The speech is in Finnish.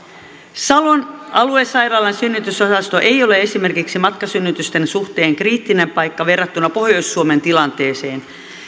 salon aluesairaalan synnytysosasto ei ole esimerkiksi matkasynnytysten suhteen kriittinen paikka verrattuna pohjois suomen tilanteeseen